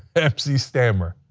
mc stammer,